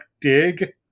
dig